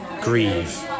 grieve